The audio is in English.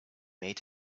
made